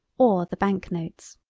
or the banknotes.